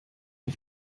auf